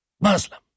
Muslim